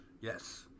Yes